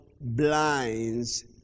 blinds